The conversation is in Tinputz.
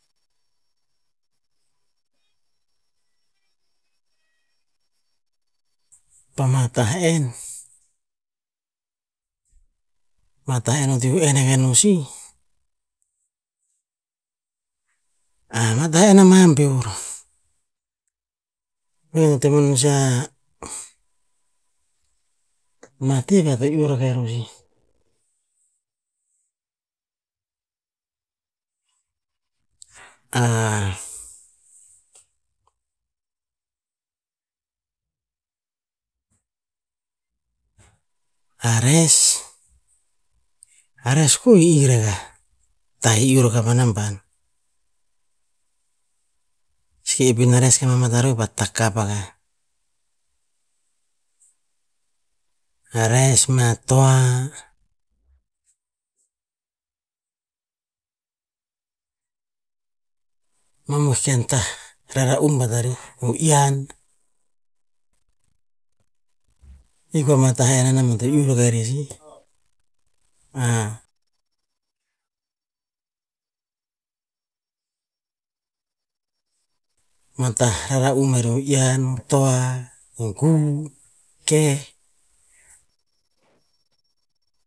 Pa ma tah en ama tah enu eo to iuh eun akah no sih, ama tah en ama beor. Vengen to teh meror sa, ama tah veh ear to iuh rakah riori. a res- a res ko, e ih ragah, ta ih iuh ra paka nam ban. Seke epina res e mamata roer pa takap akah. A res mea toa, mamoih ken tah rara'um batari, o iyan i ko ama tah enn anamban to iuh raka reh sih. ma tah rara'um avu, iyan, toa, guu, keh,